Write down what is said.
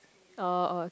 oh oh okay